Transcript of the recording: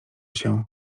się